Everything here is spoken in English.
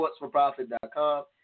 sportsforprofit.com